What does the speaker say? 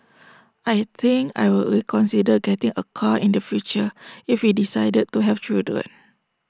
I think I would reconsider getting A car in the future if we decided to have children